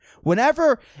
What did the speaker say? Whenever